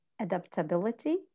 adaptability